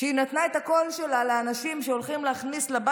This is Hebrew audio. שהיא נתנה את הקול שלה לאנשים שהולכים להכניס לראש